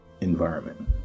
environment